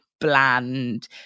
bland